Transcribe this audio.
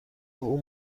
اون